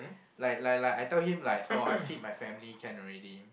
like like like I tell him like oh I feed my family can already